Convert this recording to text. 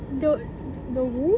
the the wu